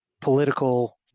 political